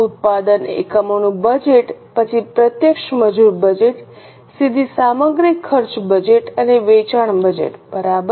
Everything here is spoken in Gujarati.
ઉત્પાદન એકમોનું બજેટ પછી પ્રત્યક્ષ મજૂર બજેટ સીધી સામગ્રી ખર્ચ બજેટ અને વેચાણ બજેટ બરાબર